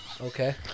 Okay